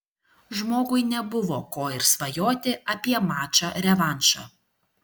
žmogui nebuvo ko ir svajoti apie mačą revanšą